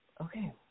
Okay